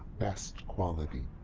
best quality.